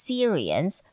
Syrians